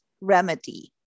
remedy